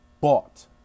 bought